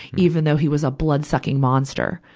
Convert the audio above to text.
even though he was a blood-sucking monster.